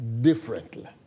differently